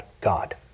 God